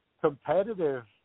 competitive